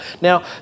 Now